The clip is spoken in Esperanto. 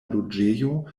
loĝejo